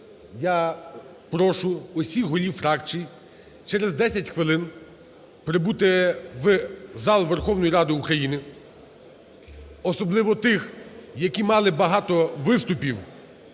Я прошу усіх голів фракцій через 10 хвилин прибути в зал Верховної Ради України, особливо тих, які мали багато виступів